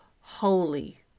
holy